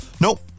Nope